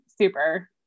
super